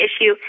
issue